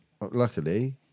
luckily